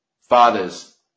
fathers